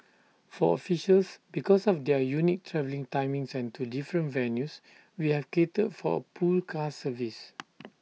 for officials because of their unique travelling timings and to different venues we have catered for A pool car service